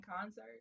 concert